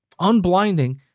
unblinding